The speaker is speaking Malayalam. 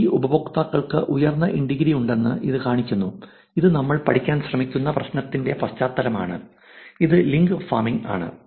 ഈ ഉപയോക്താക്കൾക്ക് ഉയർന്ന ഇൻ ഡിഗ്രിയുണ്ടെന്ന് ഇത് കാണിക്കുന്നു ഇത് നമ്മൾ പഠിക്കാൻ ശ്രമിക്കുന്ന പ്രശ്നത്തിന്റെ പശ്ചാത്തലമാണ് ഇത് ലിങ്ക് ഫാമിംഗ് ആണ്